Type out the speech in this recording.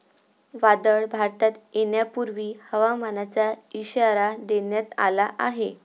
वादळ भारतात येण्यापूर्वी हवामानाचा इशारा देण्यात आला आहे